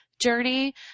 journey